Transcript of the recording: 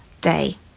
day